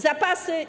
Zapasy.